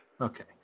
Okay